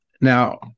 Now